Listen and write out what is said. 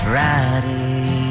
Friday